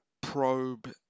probe